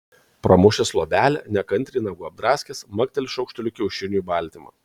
pramušęs luobelę nekantriai nagu apdraskęs makteli šaukšteliu kiaušiniui į baltymą